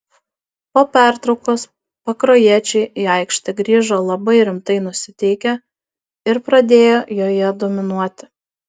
po pertraukos pakruojiečiai į aikštę grįžo labai rimtai nusiteikę ir pradėjo joje dominuoti